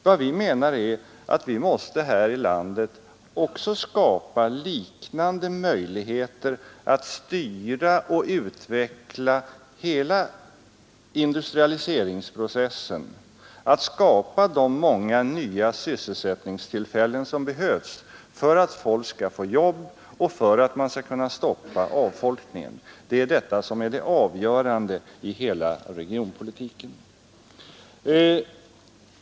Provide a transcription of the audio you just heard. Vad vi menar är att också här i landet måste skapas liknande möjligheter att styra och utveckla hela industrialiseringsprocessen och få fram de många nya sysselsättningstillfällen som behövs för att människor skall få jobb och för att man skall kunna stoppa avfolkningen. Det är detta som är det avgörande i hela regionpolitiken.